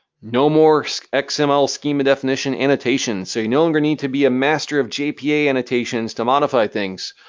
no more so and xml schema definition annotations. so you no longer need to be a master of gpa annotations to modify things.